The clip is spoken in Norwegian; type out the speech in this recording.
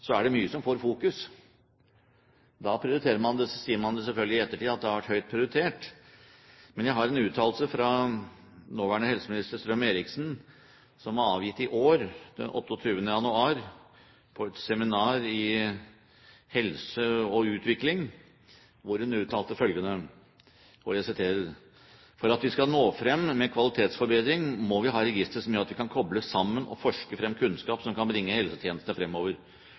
er det mye som kommer i fokus. Da sier man selvfølgelig i ettertid at det har vært høyt prioritert. Men jeg har her en uttalelse fra nåværende helseminister Strøm-Erichsen, som hun kom med den 28. januar i år, på seminaret Helse i Utvikling. Hun uttalte følgende: «For skal vi nå frem med kvalitetsforbedring, må vi ha registre som gjør at vi kan koble sammen og forske frem kunnskap som kan bringe helsetjenesten fremover.